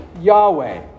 Yahweh